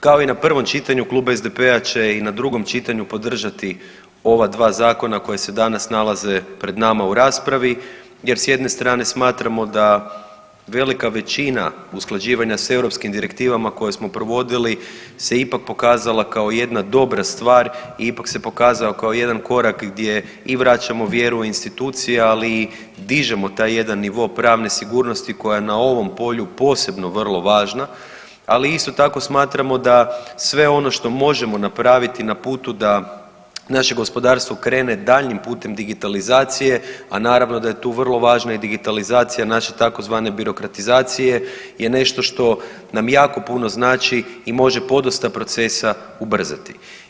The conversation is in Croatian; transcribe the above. Kao i na prvom čitanju Klub SDP-a će i na drugom čitanju podržati ova dva zakona koja se danas nalaze pred nama u raspravi jer s jedne strane smatramo da velika većina usklađivanja s europskim direktivama koje smo provodili se ipak pokazala kao jedna dobra stvar i ipak se pokazao kao jedan korak gdje i vraćamo vjeru u institucije, ali i dižemo taj jedan nivo pravne sigurnosti koja je na ovom polju posebno vrlo važna, ali isto tako smatramo da sve ono što možemo napraviti na putu da naše gospodarstvo krene daljnjim putem digitalizacije, a naravno da je tu vrlo važna i digitalizacija naše tzv. birokratizacije je nešto što nam jako puno znači i može podosta procesa ubrzati.